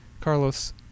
Carlos